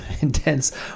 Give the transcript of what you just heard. intense